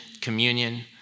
communion